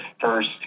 first